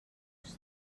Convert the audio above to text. gust